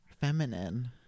feminine